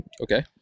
Okay